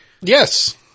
Yes